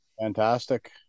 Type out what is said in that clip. fantastic